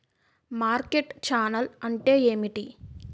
Market channel అంటే ఏమిటి?